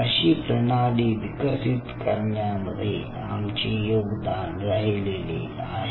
अशी प्रणाली विकसित करण्यामध्ये आमचे योगदान राहिले आहे